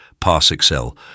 PassExcel